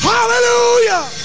Hallelujah